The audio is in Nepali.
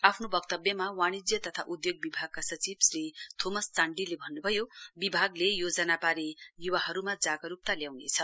आफ्नो वक्तव्यमा वाणिज्य तथा उधोग विभागका सचिव सचिव श्री थोमस चाण्डीले भन्न्भयो विभागले योजनाबारे य्वाहरूमा जागरूकता ल्याउनेछ